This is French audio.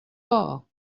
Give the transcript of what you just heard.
pas